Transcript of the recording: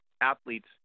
athletes